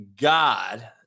God